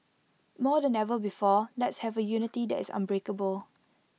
more than the ever before let's have A unity that is unbreakable